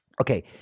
Okay